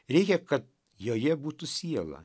reikia kad joje būtų siela